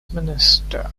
minister